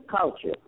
culture